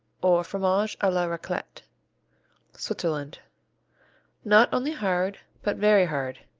or fromage a la raclette switzerland not only hard but very hard,